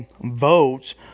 votes